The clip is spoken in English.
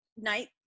night